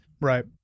right